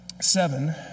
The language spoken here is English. seven